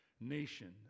nation